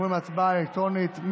אנחנו עוברים להצבעה אלקטרונית.